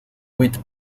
with